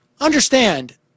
understand